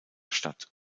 statt